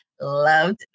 Loved